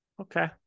Okay